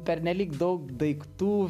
pernelyg daug daiktų